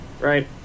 Right